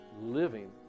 living